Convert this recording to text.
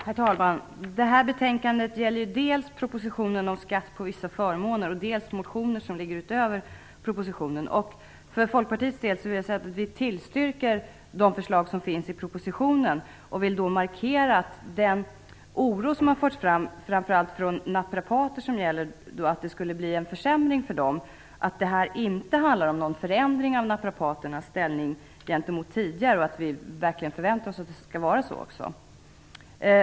Herr talman! Det här betänkandet gäller dels propositionen om skatt på vissa förmåner, dels motioner som ligger utöver propositionen. Vi i Folkpartiet tillstyrker de förslag som finns propositionen. Med anledning av den oro som framför allt har framförts av naprapater om att det skulle bli en försämring för dem vill vi markera att detta inte handlar om någon förändring av naprapaternas ställning gentemot tidigare. Vi förväntar oss att det skall vara så också.